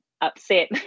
upset